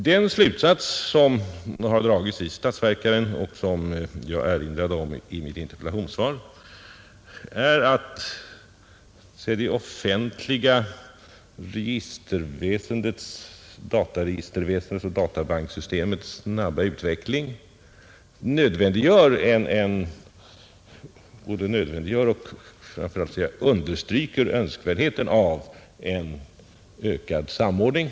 Den slutsats som dragits i statsverkspropositionen och som jag erinrade om i mitt interpellationssvar är att det offentliga dataregisterväsendets och databankssystemets snabba utveckling både nödvändiggör och framför allt understryker önskvärdheten av en ökad samordning.